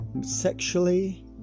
Sexually